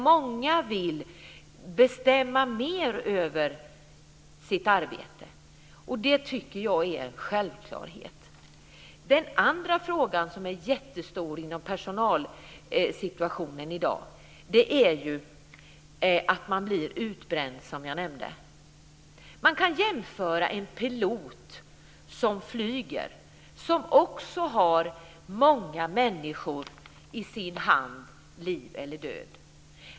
Många vill bestämma mer över sitt arbete. Det tycker jag är en självklarhet. Den andra frågan som är jättestor inom personalsituationen i dag är ju att man blir utbränd, som jag nämnde. Man kan jämföra med en pilot som flyger och som också har många människor i sin hand, liv eller död.